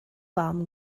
warm